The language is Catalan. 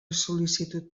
sol·licitud